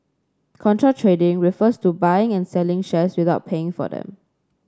contra trading refers to buying and selling shares without paying for them